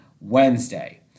Wednesday